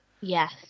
Yes